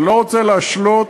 אני לא רוצה להשלות,